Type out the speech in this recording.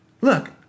Look